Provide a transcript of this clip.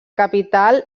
capital